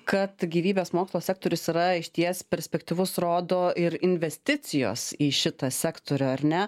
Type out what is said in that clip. kad gyvybės mokslo sektorius yra išties perspektyvus rodo ir investicijos į šitą sektorių ar ne